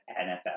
NFL